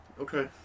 Okay